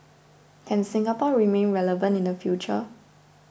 can Singapore remain relevant in the future